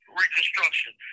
reconstruction